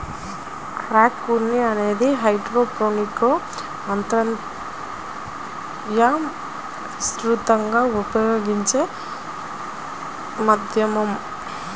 rock ఉన్ని అనేది హైడ్రోపోనిక్స్లో అత్యంత విస్తృతంగా ఉపయోగించే మాధ్యమం